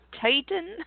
Titan